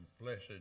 blessed